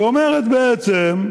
שאומרת בעצם: